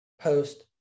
post